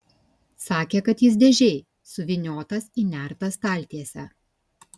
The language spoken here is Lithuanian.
sakė kad jis dėžėj suvyniotas į nertą staltiesę